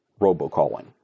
robocalling